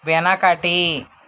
వెనకటి